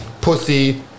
pussy